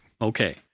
Okay